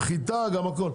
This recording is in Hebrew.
גם חיטה, גם הכל.